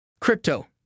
Crypto